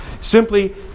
Simply